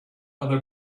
other